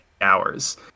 hours